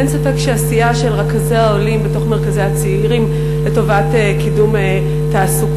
אין ספק שעשייה של רכזי העולים בתוך מרכזי הצעירים לטובת קידום תעסוקה,